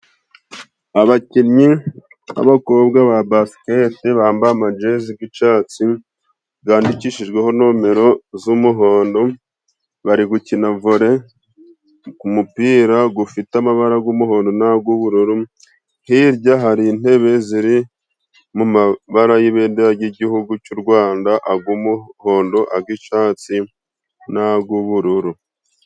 Abakinnyi b'abakobwa ba basikete bambaye amajezi g'icatsi gandikishijweho nomero z'umuhondo ,bari gukina vole k'umupira gufite amabara g'umuhondo n'ag'ubururu hirya hari intebe ziri mu mabara y'ibendera ry'igihugu c'u Rwanda ,ag'umuhondo ,ag'icatsi ,n'ag'ubururu.